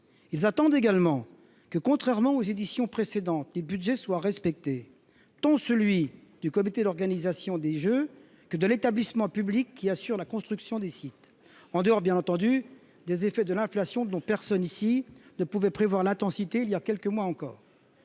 Ils attendent également que, contrairement à ce qui s'est passé pour les éditions précédentes, les budgets soient respectés, tant celui du comité d'organisation des jeux que celui de l'établissement public qui assure la construction des sites, en dehors bien entendu des effets de l'inflation, dont personne ici ne pouvait prévoir l'intensité il y a quelques mois encore.